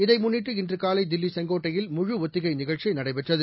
இதை முன்னிட்டு இன்று காலை தில்லி செங்கோட்டையில் முழுஒத்திகை நிகழ்ச்சி நடைபெற்றது